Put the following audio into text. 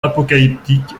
apocalyptique